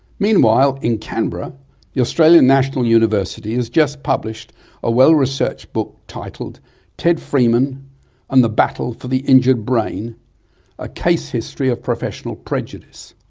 meanwhile in canberra the australian national university has just published a well researched book titled ted freeman and the battle for the injured brain a case history of professional prejudice.